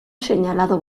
señalado